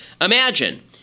Imagine